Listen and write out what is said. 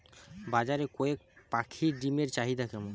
বাজারে কয়ের পাখীর ডিমের চাহিদা কেমন?